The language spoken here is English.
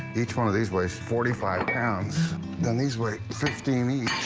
each one of these lakes, forty five pounds then these were safety i mean